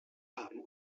haben